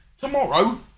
tomorrow